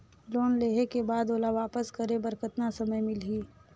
Loan लेहे के बाद ओला वापस करे बर कतना समय मिलही?